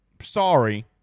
sorry